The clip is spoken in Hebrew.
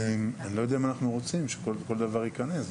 אני לא יודע אם אנחנו רוצים שכול דבר יכנס,